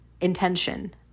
intention